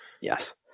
Yes